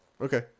Okay